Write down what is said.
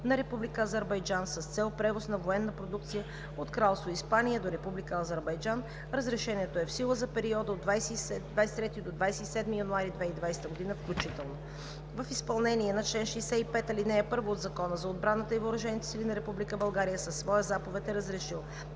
Азербайджан с цел превоз на военна продукция от Кралство Испания до Република Азербайджан. Разрешението е в сила за периода от 23 до 27 януари 2020 г. включително. 3. В изпълнение на чл. 65, ал. 1 от Закона за отбраната и въоръжените сили на Република България със своя заповед е разрешил